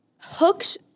hooks